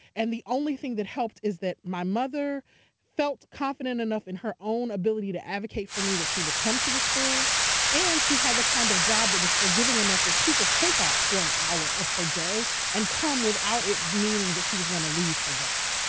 and the only thing that helped is that mother felt confident enough in her own ability to advocate for me that she would come to the school and she had the kind of job that was forgiving enough that she can take off for an hour of her day and come without it meaning that she was going to lose her job.